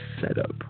setup